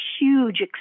huge